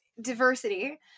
diversity